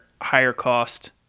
higher-cost